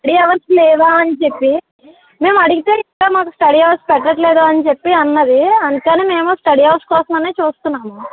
study hours లేవా అని చెప్పి మేము అడిగితే ఇంకా మాకు స్టడీ అవర్స్ పెట్టట్లేదు అని చెప్పి అన్నది అందుకని మేము స్టడీ అవర్స్ కోసం అని చూస్తున్నాము